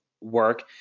work